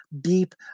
Beep